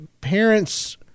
parents